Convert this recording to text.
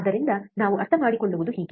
ಆದ್ದರಿಂದ ನಾವು ಅರ್ಥಮಾಡಿಕೊಳ್ಳುವುದು ಹೀಗೆ